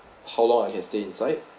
how long I can stay inside